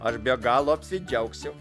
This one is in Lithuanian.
aš be galo apsidžiaugsiu